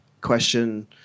question